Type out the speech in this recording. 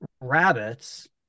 rabbits